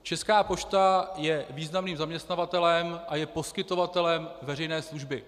Česká pošta je významným zaměstnavatelem a je poskytovatelem veřejné služby.